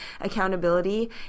accountability